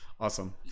Awesome